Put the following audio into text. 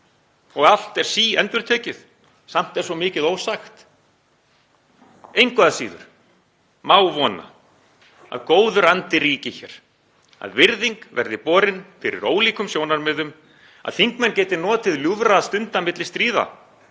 og „allt er síendurtekið, samt er svo mikið ósagt“. Engu að síður má vona að góður andi ríki hér, að virðing verði borin fyrir ólíkum sjónarmiðum, að þingmenn geti notið ljúfra stunda milli stríða,